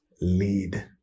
lead